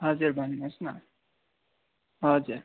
हजुर भन्नुहोस् न हजुर